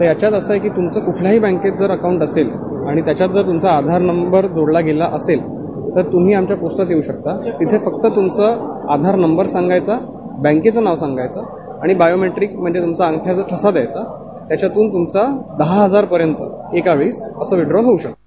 तर ह्याच्यात असं आहे की तुमचं जर कुठल्याही बँकेत अकाऊंट असेल आणि त्याच्यात जर तुमचा आधार नंबर जर जोडला गेला असेल तर तुम्ही आमच्या पोस्टात येऊ शकता तिथं फक्त तुमचा आधार नंबर सांगायचा बॅकेचं नाव सांगायचं बायोमेट्रिक म्हणजे तुमच्या अंगठ्याचा ठसा द्यायचा त्याच्यातून तुमचा एकावेळेस दहाहजार विड्रॉल होऊ शकतं